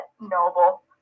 noble